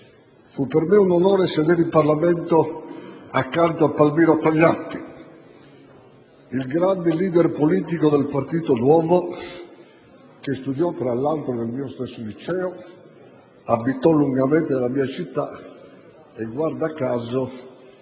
Fu per me un onore sedere in Parlamento accanto a Palmiro Togliatti, il grande *leader* politico del «partito nuovo», che studiò, tra l'altro, nel mio stesso liceo, abitò lungamente nella mia città e - guarda caso